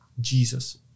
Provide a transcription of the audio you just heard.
Jesus